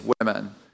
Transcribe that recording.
women